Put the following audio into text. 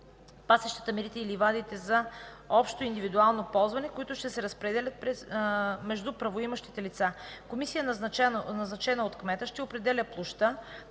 пасищата, мерите и ливадите за общо и индивидуално ползване, които ще се разпределят между правоимащите лица. Комисия, назначена от кмета, ще определя площта,